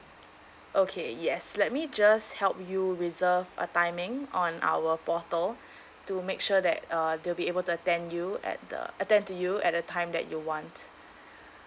okay yes let me just help you reserve a timing on our portal to make sure that uh they'll be able to attend you at the attend to you at the time that you want